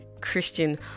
Christian